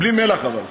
בלי מלח, אבל.